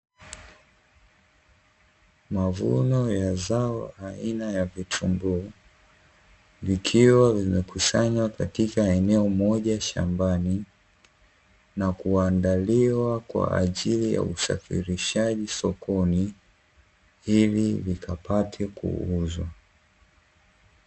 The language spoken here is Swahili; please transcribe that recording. Mavuno ya zao aina ya vitunguu vikiwa vimekusanywa katika eneo moja shambani na kuandaliwa kwa ajili ya usafirishaji sokoni, ili vikapate kuuzwa.